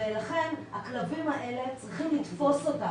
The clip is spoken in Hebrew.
לכן צריך לתפוס את הכלבים האלה.